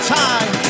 time